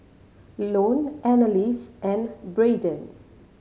Lone Annalise and Braeden